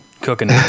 cooking